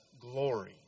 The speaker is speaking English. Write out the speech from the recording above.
glory